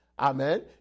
Amen